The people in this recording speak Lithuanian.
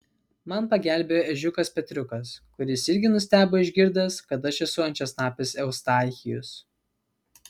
man pagelbėjo ežiukas petriukas kuris irgi nustebo išgirdęs kad aš esu ančiasnapis eustachijus